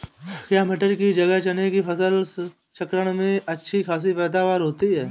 क्या मटर की जगह चने की फसल चक्रण में अच्छी खासी पैदावार होती है?